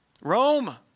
Rome